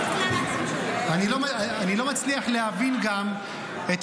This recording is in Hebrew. --- ופחות --- אני לא מצליח להבין גם את